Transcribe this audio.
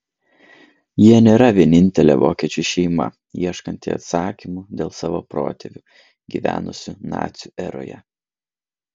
jie nėra vienintelė vokiečių šeima ieškanti atsakymų dėl savo protėvių gyvenusių nacių eroje